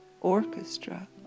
orchestra